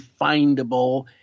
findable